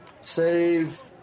save